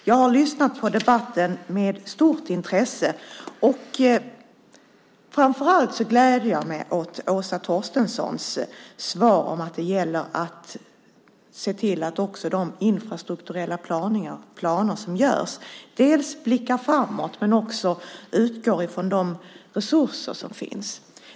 Herr talman! Jag har med stort intresse lyssnat på debatten. Framför allt gläder jag mig över Åsa Torstenssons svar om att det gäller att se till att man också i de infrastrukturella planerna dels blickar framåt, dels utgår från de resurser som finns.